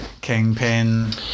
Kingpin